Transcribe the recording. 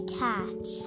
catch